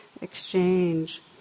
exchange